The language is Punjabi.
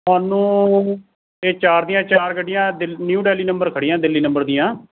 ਤੁਹਾਨੂੰ ਇਹ ਚਾਰ ਦੀਆਂ ਚਾਰ ਗੱਡੀਆਂ ਨਿਊ ਦਿੱਲੀ ਨੰਬਰ ਖੜ੍ਹੀਆਂ ਦਿੱਲੀ ਨੰਬਰ ਦੀਆਂ